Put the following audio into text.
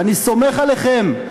אני סומך עליכם.